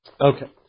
Okay